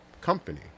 company